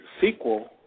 sequel